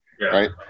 right